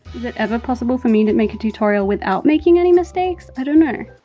is it ever possible for me to make a tutorial without making any mistakes? i don't know.